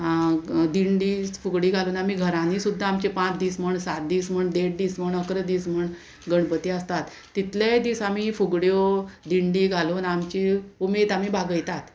दिंडी फुगडी घालून आमी घरानी सुद्दां आमची पांच दीस म्हण सात दीस म्हण देड दीस म्हण अकरा दीस म्हण गणपती आसतात तितलेय दीस आमी फुगड्यो दिंडी घालून आमची उमेद आमी बागयतात